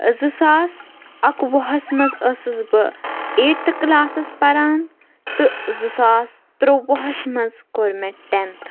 زٕ ساس اَکوُہَس منٛز ٲسٕس بہٕ ایٹتھٕ کٕلاسَس پَران تہٕ زٕ ساس ترٛۆوُہَس منٛز کوٚر مےٚ ٹٮ۪نتھ